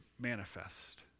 Manifest